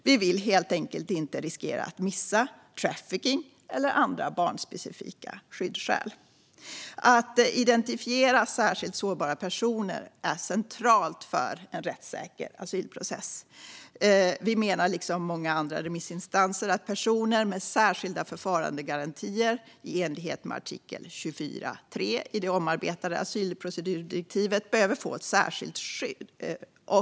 Vi vill helt enkelt inte riskera att missa trafficking eller andra barnspecifika skyddsskäl. Att identifiera särskilt sårbara personer är centralt för en rättssäker asylprocess. Vi menar liksom många andra remissinstanser att personer med särskilda förfarandegarantier i enlighet med artikel 24.3 i det omarbetade asylprocedurdirektivet behöver få ett särskilt skydd.